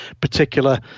particular